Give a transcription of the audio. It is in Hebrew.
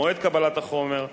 מועד קבלת החומר,